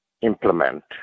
implement